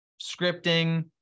scripting